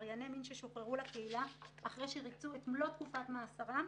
עברייני מין ששוחררו לקהילה אחרי שריצו את מלוא תקופת מאסרם,